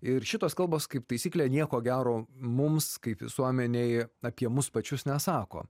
ir šitos kalbos kaip taisyklė nieko gero mums kaip visuomenei apie mus pačius nesako